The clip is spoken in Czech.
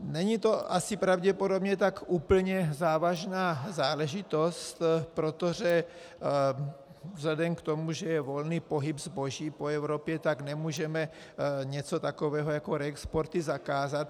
Není to asi pravděpodobně tak úplně závažná záležitost, protože vzhledem k tomu, že je volný pohyb zboží po Evropě, tak nemůžeme něco takového jako reexporty zakázat.